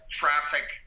traffic